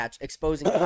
exposing